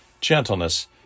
gentleness